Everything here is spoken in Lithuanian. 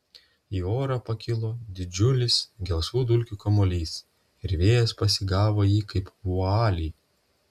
į orą pakilo didžiulis gelsvų dulkių kamuolys ir vėjas pasigavo jį kaip vualį